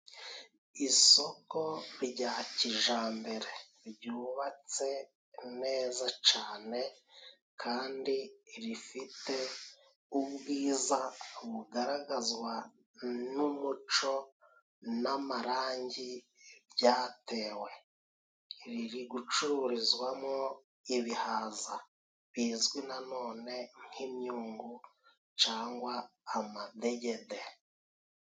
Isoko rya kijambere ryubatse ku neza cane kandi rifite ubwiza bugaragazwa n'umuco n'amarangi byatewe, riri gucururizwamo ibihaza bizwi nanone nk'imyungu cangwa amadegede.